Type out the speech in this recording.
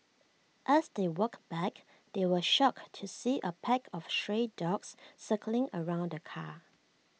as they walked back they were shocked to see A pack of stray dogs circling around the car